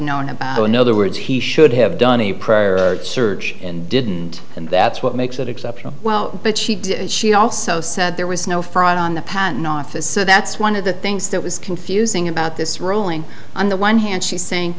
known about the in other words he should have done a prior search and didn't and that's what makes it exceptionally well but she did she also said there was no fraud on the patent office so that's one of the things that was confusing about this ruling on the one hand she's saying